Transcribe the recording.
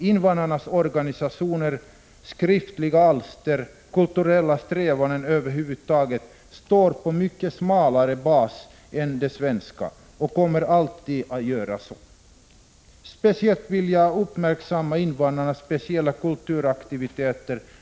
Invandrarnas organisationer, skriftliga alster och kulturella strävanden över huvud taget står på en mycket smalare bas än de svenska och kommer alltid att göra så. Särskilt vill jag uppmärksamma invandrarnas speciella kulturaktiviteter.